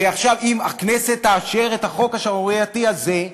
ואם הכנסת תאשר את החוק השערורייתי הזה,